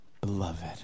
beloved